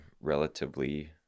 relatively